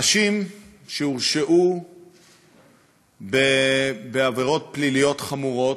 מאנשים שהורשעו בעבירות פליליות חמורות,